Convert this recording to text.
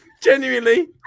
genuinely